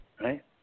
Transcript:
Right